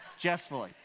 jestfully